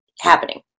happening